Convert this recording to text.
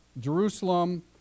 Jerusalem